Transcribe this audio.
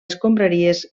escombraries